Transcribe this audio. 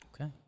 Okay